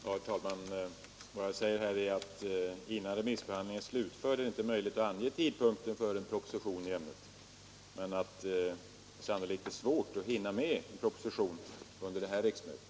Herr talman! Vad jag säger är att innan remissbehandlingen slutförts är det inte möjligt att ange tidpunkten för framläggande av en proposition i ämnet, men att det sannolikt är svårt att hinna med en proposition under det här riksmötet.